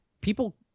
people